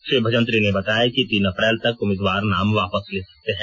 श्री भजंत्री ने बताया कि तीन अप्रैल तक उम्मीदवार नाम वापस ले सकते हैं